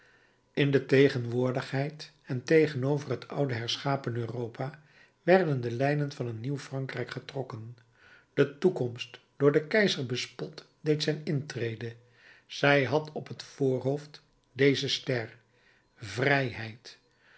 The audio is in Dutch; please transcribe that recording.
in de tegenwoordigheid en tegenover het oude herschapen europa werden de lijnen van een nieuw frankrijk getrokken de toekomst door den keizer bespot deed zijn intrede zij had op het voorhoofd deze ster vrijheid